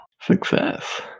Success